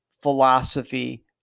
philosophy